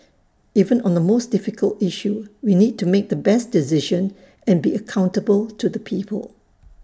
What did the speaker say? even on the most difficult issue we need to make the best decision and be accountable to the people